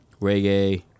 reggae